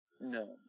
No